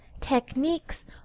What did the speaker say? techniques